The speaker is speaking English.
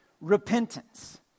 repentance